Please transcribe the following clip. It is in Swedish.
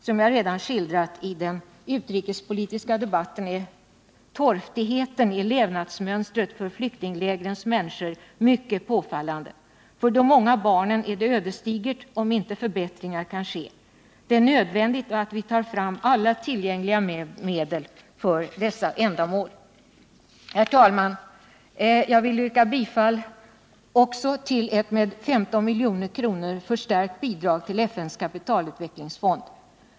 Som jag redan skildrat i den utrikespolitiska debatten är torftigheten i levnadsmönstret för flyktinglägrens människor mycket påfallande. För de många barnen i lägren är det ödesdigert om inte förbättringar kan ske. Det är nödvändigt att vi tar fram alla tillgängliga medel för dessa ändamål. Herr talman! Jag vill yrka bifall till ett med 15 milj.kr. förstärkt bidrag till FN:s kapitalutvecklingsfond.